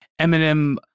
Eminem